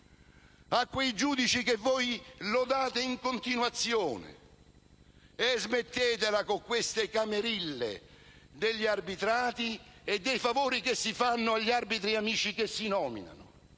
a quei giudici che voi lodate in continuazione e smettetela con queste camarille degli arbitrati e dei favori che si fanno agli arbitri amici che si nominano.